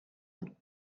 one